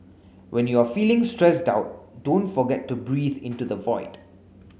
when you are feeling stressed out don't forget to breathe into the void